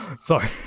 Sorry